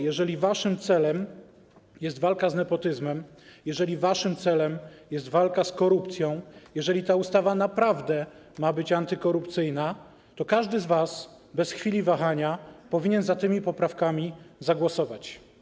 Jeżeli waszym celem jest walka z nepotyzmem, jeżeli waszym celem jest walka z korupcją, jeżeli ta ustawa naprawdę ma być antykorupcyjna, to każdy z was bez chwili wahania powinien za tymi poprawkami zagłosować.